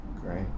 Great